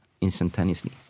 instantaneously